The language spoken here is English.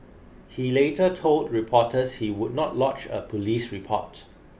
he later told reporters he would not lodge a police report